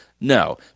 No